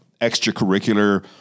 extracurricular